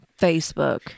Facebook